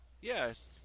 Yes